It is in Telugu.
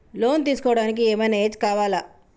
లోన్ తీస్కోవడానికి ఏం ఐనా ఏజ్ కావాలా?